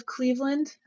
Cleveland